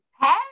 hey